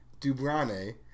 Dubrane